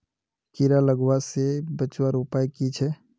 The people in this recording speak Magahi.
कीड़ा लगवा से बचवार उपाय की छे?